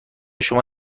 شما